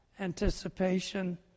anticipation